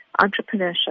entrepreneurship